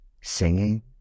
singing